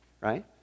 right